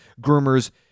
groomers